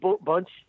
bunch